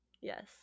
Yes